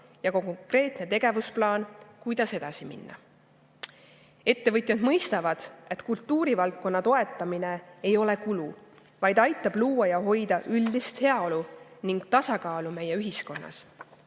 ja konkreetne tegevusplaan, kuidas edasi minna. Ettevõtjad mõistavad, et kultuurivaldkonna toetamine ei ole kulu, vaid aitab luua ja hoida üldist heaolu ning tasakaalu meie ühiskonnas.